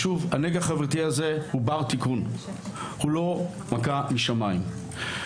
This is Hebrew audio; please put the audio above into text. הנגע החברתי הזה הוא בר תיקון, הוא לא מכה משמיים.